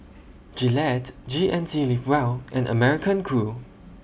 Gillette G N C Live Well and American Crew